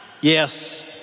Yes